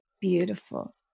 beautiful